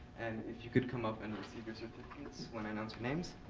and if you could come up and receive your certificates when i announce your names.